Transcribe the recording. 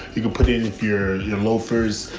you can put in if your your loafers,